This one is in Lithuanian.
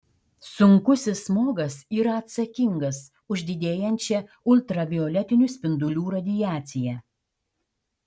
sunkusis smogas yra atsakingas už didėjančią ultravioletinių spindulių radiaciją